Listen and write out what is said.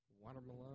watermelon